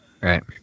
Right